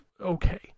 okay